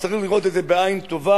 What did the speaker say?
אז צריך לראות את זה בעין טובה.